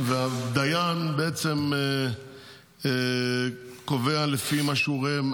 והדיין בעצם קובע לפי מה שהוא רואה,